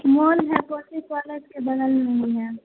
مال ہے کوسی کالج کے بغل میں ہی ہیں